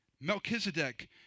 Melchizedek